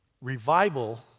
revival